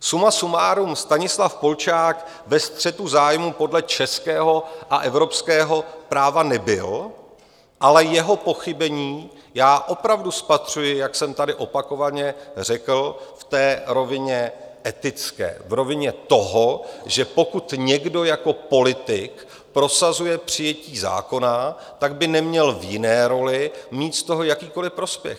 Suma sumárum, Stanislav Polčák ve střetu zájmů podle českého a evropského práva nebyl, ale jeho pochybení já opravdu spatřuji, jak jsem tady opakovaně řekl, v té rovině etické, v rovině toho, že pokud někdo jako politik prosazuje přijetí zákona, tak by neměl v jiné roli mít z toho jakýkoliv prospěch.